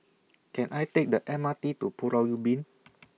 Can I Take The M R T to Pulau Ubin